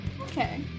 Okay